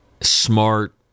smart